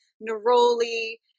neroli